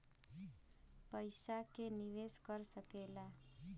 पइसा के निवेस कर सकेला